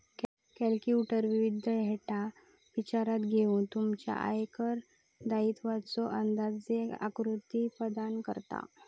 calculator विविध data विचारात घेऊन तुमच्या आयकर दायित्वाचो अंदाजे आकृती प्रदान करता